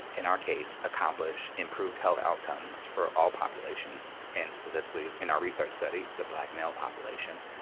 in our case, accomplish, improve health outcomes for all populations and specifically in our research study, the black male population?